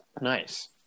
Nice